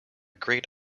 great